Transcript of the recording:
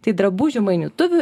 tai drabužių mainytuvių